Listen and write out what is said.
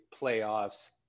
playoffs